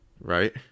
Right